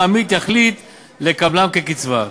אם העמית יחליט לקבלם כקצבה.